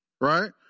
Right